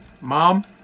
Mom